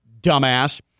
dumbass